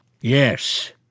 Yes